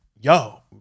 yo